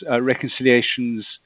reconciliations